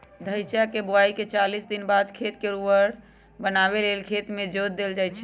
धइचा के बोआइके चालीस दिनबाद खेत के उर्वर बनावे लेल खेत में जोत देल जइछइ